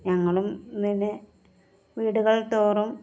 ഞങ്ങളും പിന്നെ വീടുകൾ തോറും